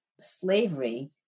slavery